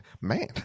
man